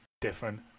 different